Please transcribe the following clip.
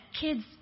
kids